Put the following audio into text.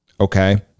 okay